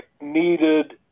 needed